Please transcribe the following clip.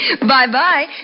Bye-bye